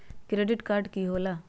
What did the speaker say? Credit card की होला?